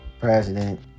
President